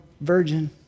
virgin